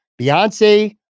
Beyonce